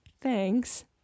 thanks